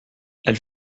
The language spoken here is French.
elle